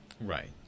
right